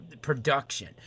production